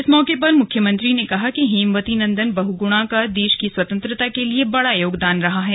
इस मौके पर मुख्यमंत्री ने कहा कि हेमवती नंदन बहुगुणा का देश की स्वतंत्रता के लिए बड़ा योगदान रहा है